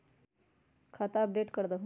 खाता अपडेट करदहु?